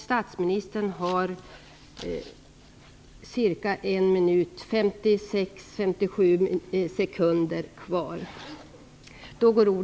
Statsministern har